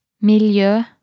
Milieu